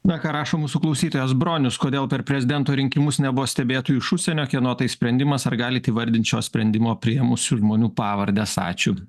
na ką rašo mūsų klausytojas bronius kodėl per prezidento rinkimus nebuvo stebėtojų iš užsienio kieno tai sprendimas ar galit įvardint šio sprendimo priėmusių žmonių pavardes ačiū